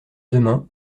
demain